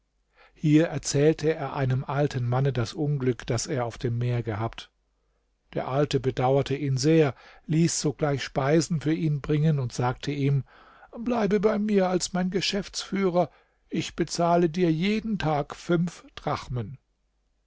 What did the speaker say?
hier erzählte er einem alten manne das unglück das er auf dem meer gehabt der alte bedauerte ihn sehr ließ sogleich speisen für ihn bringen und sagte ihm bleibe bei mir als mein geschäftsführer ich bezahle dir jeden tag fünf drachmen